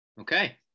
Okay